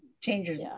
changes